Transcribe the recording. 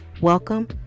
Welcome